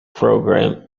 program